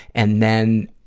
and then,